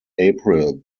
april